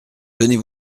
tenez